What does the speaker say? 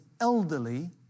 elderly